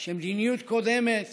שמדיניות קודמת